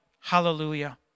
Hallelujah